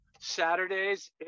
saturdays